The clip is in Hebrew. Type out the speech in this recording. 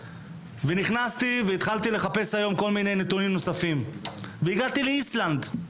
התחלתי לחפש היום כל מיני נתונים נוספים והגעתי לאיסלנד.